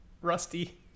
rusty